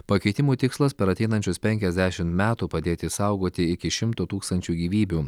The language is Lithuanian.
pakeitimų tikslas per ateinančius penkiasdešimt metų padėti išsaugoti iki šimto tūkstančių gyvybių